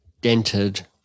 dented